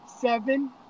Seven